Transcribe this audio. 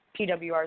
PWR